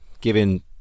given